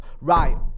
Right